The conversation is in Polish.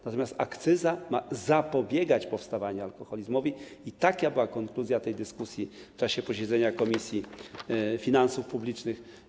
Natomiast akcyza ma zapobiegać powstawaniu alkoholizmu i taka była konkluzja tej dyskusji w czasie posiedzenia Komisji Finansów Publicznych.